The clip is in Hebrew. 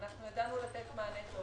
ידענו לתת מענה טוב,